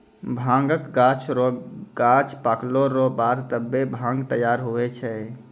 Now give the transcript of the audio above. भांगक गाछ रो गांछ पकला रो बाद तबै भांग तैयार हुवै छै